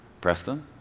Preston